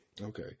Okay